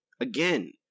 again